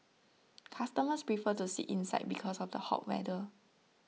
customers prefer to sit inside because of the hot weather